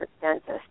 dentist